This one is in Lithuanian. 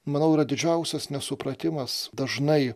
manau yra didžiausias nesupratimas dažnai